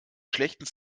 schlechten